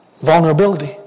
vulnerability